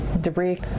debris